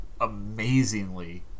amazingly